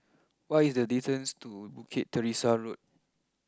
what is the distance to Bukit Teresa Road